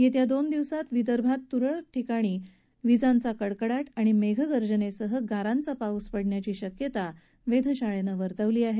येत्या दोन दिवसात विदर्भात तुरळक ठिकाणी विजांचा कडकडाट आणि मेघगर्जनेसह गारांचा पाऊस पडण्याची शक्यता वेधशाळेनं वर्तवली आहे